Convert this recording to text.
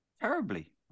terribly